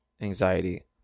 anxiety